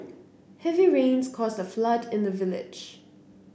heavy rains caused a flood in the village